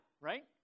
right